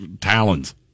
talons